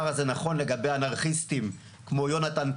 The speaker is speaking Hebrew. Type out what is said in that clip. הזה נכון לגבי אנרכיסטים כמו יונתן פולק,